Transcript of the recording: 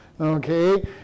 Okay